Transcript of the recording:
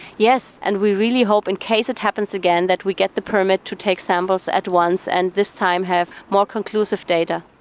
yes, and we really hope in case it happens again that we get the permit to take the samples at once and this time have more conclusive data.